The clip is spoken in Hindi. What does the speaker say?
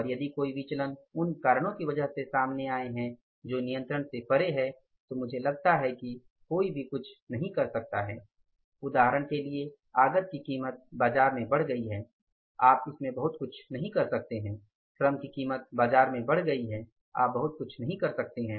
और यदि कोई विचलन उन कारणों की वजह से सामने आई है जो नियंत्रण से परे हैं तो मुझे लगता है कि कोई भी कुछ भी नहीं कर सकता है उदाहरण के लिए आगत की कीमत बाजार में बढ़ गई है आप इसमें बहुत कुछ नहीं कर सकते श्रम की कीमत बाजार में बढ़ गई है आप बहुत कुछ नहीं कर सकते हैं